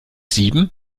sieben